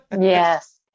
Yes